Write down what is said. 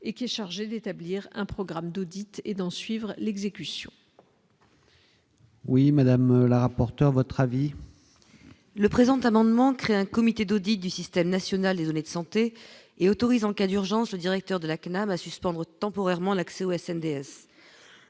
et qui est chargé d'établir un programme d'audits et d'en suivre l'exécution. Oui, madame la rapporteure votre avis. Le présent amendement crée un comité d'audit du système national des données de santé et autorisent en cas d'urgence, le directeur de la CNAM à suspendre temporairement l'accès au DS